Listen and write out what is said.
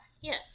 Yes